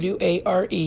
Ware